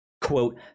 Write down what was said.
quote